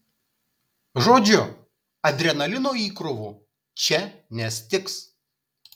žodžiu adrenalino įkrovų čia nestigs